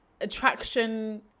attraction